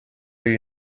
you